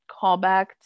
callback